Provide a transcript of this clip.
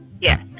Yes